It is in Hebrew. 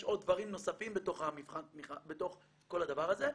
יש עוד דברים נוספים בתוך כל הדבר הזה,